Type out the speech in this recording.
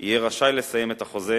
יהיה רשאי לסיים את החוזה,